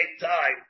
time